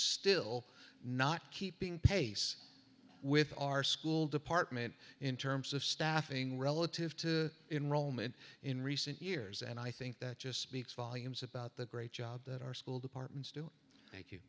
still not keeping pace with our school department in terms of staffing relative to enrollment in recent years and i think that just speaks volumes about the great job that our school departments do